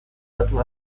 datu